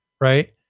Right